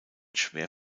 schwer